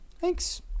Thanks